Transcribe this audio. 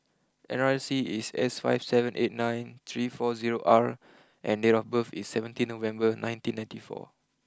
N R I C is S five seven eight nine three four zero R and date of birth is seventeen November nineteen ninety four